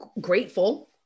grateful